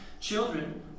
Children